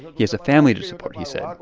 he has a family to support, he said.